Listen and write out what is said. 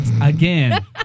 Again